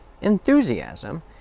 enthusiasm